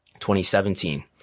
2017